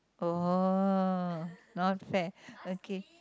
oh not fair okay